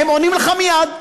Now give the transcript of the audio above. הם עונים לך מייד,